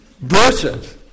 Versus